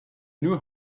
knew